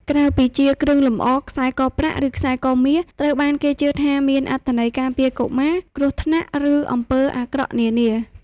ក្រៅពីជាគ្រឿងលម្អ ខ្សែកប្រាក់ ឬខ្សែកមាស ត្រូវបានគេជឿថាមានអត្ថន័យការពារកុមារគ្រោះញថ្នាក់ ឬអំពើអាក្រក់នានា។